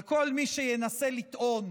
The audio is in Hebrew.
אבל כל מי שינסה לטעון